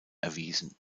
erwiesen